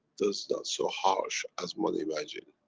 does not so harsh as one imagine.